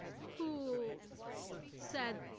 who said,